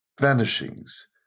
vanishings